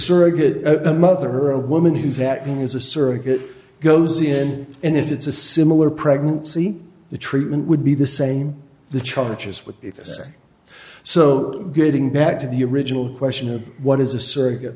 surrogate mother her a woman who's acting as a surrogate goes in and if it's a similar pregnancy the treatment would be the same the charges with this are so getting back to the original question of what is a surrogate